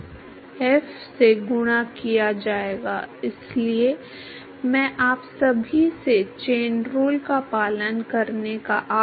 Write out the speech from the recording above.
तो घर्षण गुणांक और गर्मी परिवहन गुणांक और बड़े पैमाने पर परिवहन गुणांक को खोजने के लिए वास्तव में रुचि क्या है